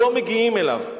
לא מגיעים אליו.